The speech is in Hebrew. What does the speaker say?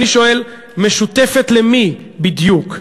אני שואל, משותפת למי בדיוק?